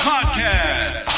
Podcast